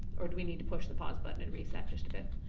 or do we need to push the pause button and reset just a bit.